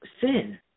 sin